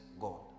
God